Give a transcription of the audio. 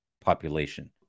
population